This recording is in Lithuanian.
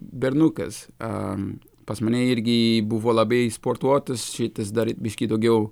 bernukas pas mane irgi buvo labai sportuotas šitas dar biškį daugiau